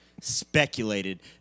speculated